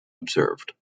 observed